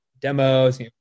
Demos